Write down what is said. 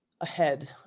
ahead